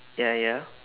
ya ya